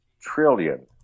trillion